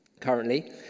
Currently